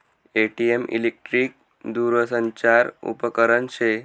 ATM electric दूरसंचार उपकरन शे